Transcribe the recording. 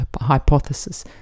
hypothesis